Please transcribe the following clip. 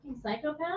psychopath